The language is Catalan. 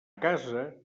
casa